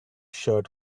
shirt